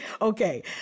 Okay